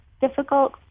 difficult